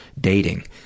dating